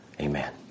Amen